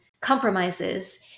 compromises